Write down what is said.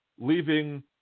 leaving